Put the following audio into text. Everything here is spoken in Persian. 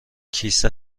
کیسه